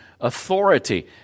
authority